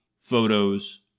photos